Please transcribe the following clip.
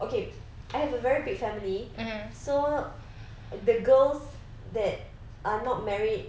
okay I have a very big family so the girls that are not married